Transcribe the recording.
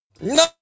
No